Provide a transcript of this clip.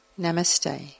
Namaste